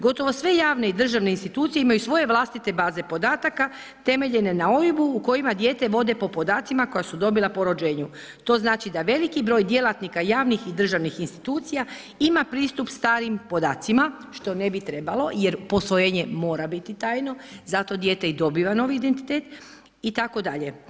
Gotovo sve javne i državne institucije imaju svoje vlastite baze podataka temeljene na OIB-u u kojima dijete vode po podacima koja su dobila po rođenju, to znači da veliki broj djelatnika javnih i državnih institucija ima pristup starim podacima, što ne bi trebalo jer posvojenje mora biti tajno zato dijete i dobiva novi identitet itd.